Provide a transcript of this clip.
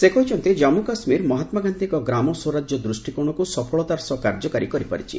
ସେ କହିଛନ୍ତି ଜାମ୍ମୁ କାଶ୍ମୀର ମହାତ୍ମା ଗାନ୍ଧିଙ୍କର ଗ୍ରାମ ସ୍ୱରାଜ୍ୟ ଦୃଷ୍ଟି କୋଣକୁ ସଫଳତାର ସହ କାର୍ଯ୍ୟକାରୀ କରିପାରିଛି